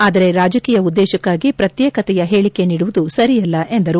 ಆದರೆ ರಾಜಕೀಯ ಉದ್ದೇಶಕ್ನಾಗಿ ಪ್ರತ್ಯೇಕತೆಯ ಹೇಳಿಕೆ ನೀಡುವುದು ಸರಿಯಲ್ಲ ಎಂದರು